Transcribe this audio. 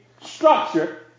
structure